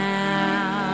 now